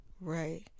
Right